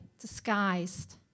disguised